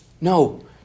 No